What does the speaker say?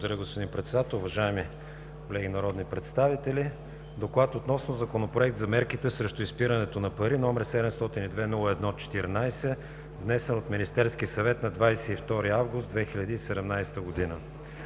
господин Председател. Уважаеми колеги народни представители! „ДОКЛАД относно Законопроект за мерките срещу изпирането на пари, № 702-01-14, внесен от Министерския съвет на 22 август 2017 г.